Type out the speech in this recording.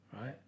Right